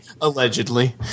Allegedly